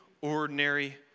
ordinary